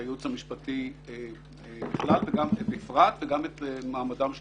הייעוץ המשפטי בפרט וגם את מעמדם של